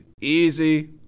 easy